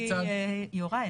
ידידי יוראי,